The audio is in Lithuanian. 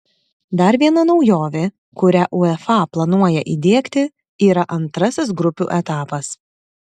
dar viena naujovė kurią uefa planuoja įdiegti yra antrasis grupių etapas